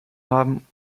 haben